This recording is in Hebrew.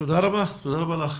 תודה רבה לך.